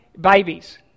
babies